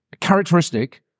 characteristic